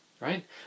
right